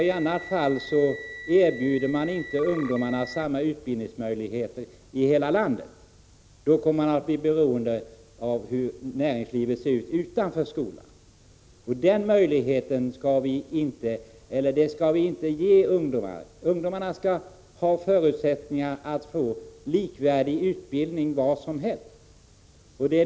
I annat fall kan skolorna inte erbjuda ungdomar samma utbildningsmöjligheter i hela landet, utan utbildningen blir beroende av hur näringslivet ser ut utanför skolan. Det skall inte vara så, utan ungdomar skall ha samma förutsättningar att få likvärdig utbildning var som helst i landet.